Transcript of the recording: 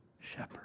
shepherd